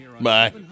Bye